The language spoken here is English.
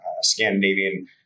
Scandinavian